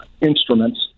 instruments